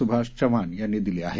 सुभाष चव्हाण यांनी दिली आहे